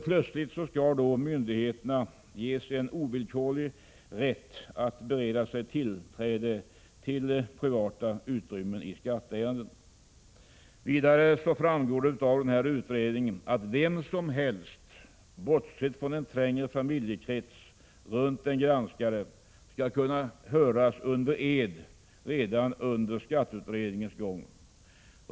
Plötsligt skall nämligen myndigheterna ges en ovillkorlig rätt att i skatteärenden bereda sig tillträde till privata utrymmen. Vidare föreslår utredningen att vem som helst, bortsett från en trängre familjekrets runt den granskade, skall kunna höras under ed redan under skatteutredningens gång.